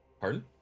pardon